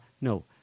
No